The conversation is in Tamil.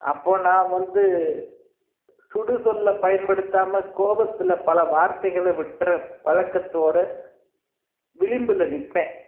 அப்போது நான் வந்து சுடுசொல்ல பயன்படுத்தாமல் கோபத்தில் பல வார்த்தைகள விட்ற பழக்கத்தோடய விளிம்பில் நிற்பேன்